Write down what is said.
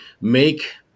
make